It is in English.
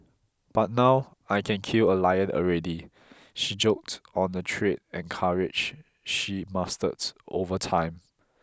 but now I can kill a lion already she joked on the trade and courage she mastered over time